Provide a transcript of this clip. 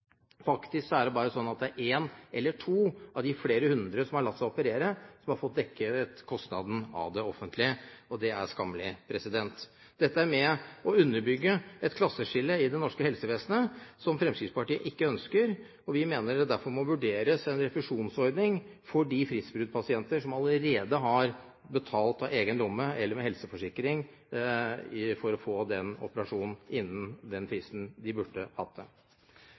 Faktisk er det bare én eller to av de flere hundre som har latt seg operere der, som har fått dekket kostnaden av det offentlige. Og det er skammelig. Dette er med på å underbygge et klasseskille i det norske helsevesenet som Fremskrittspartiet ikke ønsker. Vi mener det derfor må vurderes en refusjonsordning for de fristbruddpasienter som allerede har betalt av egen lomme eller med helseforsikring for å få operasjonen innen den fristen de burde hatt